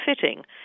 fitting